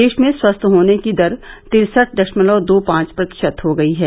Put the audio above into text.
देश में स्वस्थ होने की दर तिरसठ दशमलव दो पांच प्रतिशत हो गई है